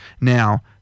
now